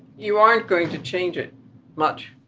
you aren't going to change it much.